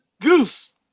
Goose